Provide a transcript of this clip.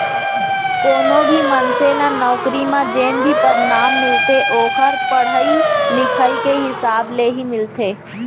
कोनो भी मनसे ल नउकरी म जेन भी पदनाम मिलथे ओखर पड़हई लिखई के हिसाब ले ही मिलथे